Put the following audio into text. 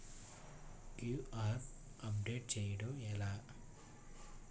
QR update చేయడం ఎలా?